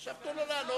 עכשיו תן לו לענות.